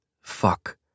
Fuck